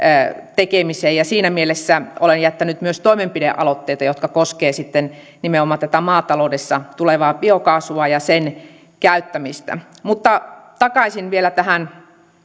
tekemiseen ja siinä mielessä olen jättänyt myös toimenpidealoitteita jotka koskevat sitten nimenomaan tätä maataloudessa tulevaa biokaasua ja sen käyttämistä mutta takaisin vielä tähän